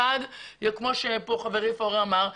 כמו שחברי עודד פורר אמר,